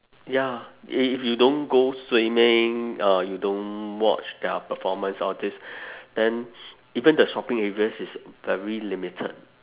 ya if you don't go swimming uh you don't watch their performance all these then even the shopping areas is very limited